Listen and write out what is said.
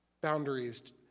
boundaries